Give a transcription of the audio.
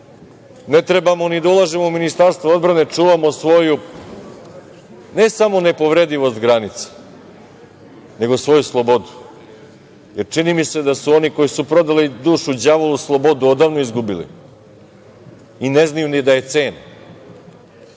trebamo ni da ulažemo u Ministarstvo odbrane, čuvamo svoju ne samo nepovredivost granica, nego svoju slobodu, jer čini mi se da su oni koji su prodali dušu đavolu slobodu odavno izgubili i ne znaju ni da je cene,